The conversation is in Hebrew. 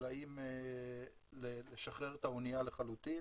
האם לשחרר את האנייה לחלוטין.